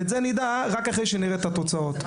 את זה נדע רק אחרי שנראה את התוצאות.